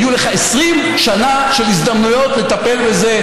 היו לך 20 שנה של הזדמנויות לטפל בזה.